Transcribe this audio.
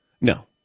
No